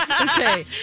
okay